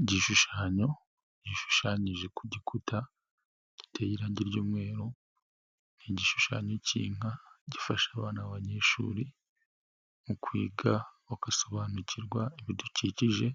Igishushanyo gishushanyije ku gikuta giteye irangi ry'umweru, ni igishushanyo k'inka gifasha abana b'abanyeshuri mu kwiga bagasobanukirwa ibidukikije